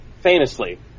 FAMOUSLY